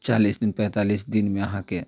चालीस दिन पैंतालिस दिनमे अहाँकेँ